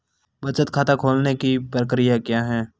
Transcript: बचत खाता खोलने की प्रक्रिया क्या है?